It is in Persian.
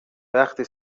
وقتی